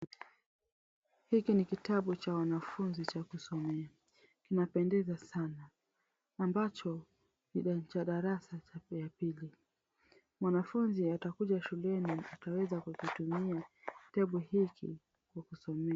Hiki ni kitabu cha wanafunzi cha kusomea. Kinapendeza sana ambacho ni cha darasa ya pili. Mwanafunzi atakuja shuleni ataweza kukitumia kitabu hiki kwa kusomea.